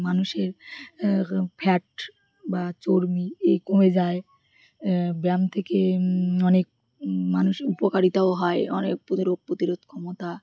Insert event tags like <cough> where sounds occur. মানুষের ফ্যাট বা চর্বি এই কমে যায় ব্যায়াম থেকে অনেক মানুষ উপকারিতাও হয় অনেক <unintelligible> রোগ প্রতিরোধ ক্ষমতা